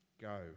go